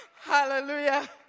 Hallelujah